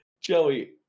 Joey